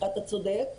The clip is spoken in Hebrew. אתה צודק,